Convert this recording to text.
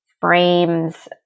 frames